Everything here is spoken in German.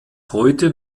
heute